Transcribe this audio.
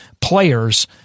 players